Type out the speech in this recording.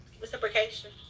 reciprocation